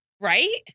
right